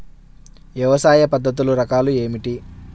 వ్యవసాయ పద్ధతులు రకాలు ఏమిటి?